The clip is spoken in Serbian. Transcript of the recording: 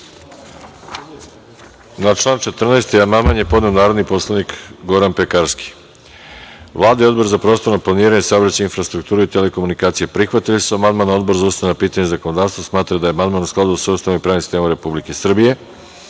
Na član 14. amandman je podneo narodni poslanik Goran Pekarski. Vlada i Odbor za prostorno planiranje, saobraćaj, infrastrukturu i telekomunikacije prihvatili su amandman. Odbor za ustavna pitanja i zakonodavstvo smatra da je amandman u skladu sa Ustavom i pravnim sistem Republike